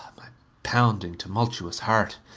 my pounding, tumultuous heart!